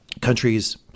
countries